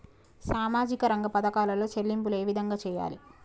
సామాజిక రంగ పథకాలలో చెల్లింపులు ఏ విధంగా చేయాలి?